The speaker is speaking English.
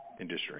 industry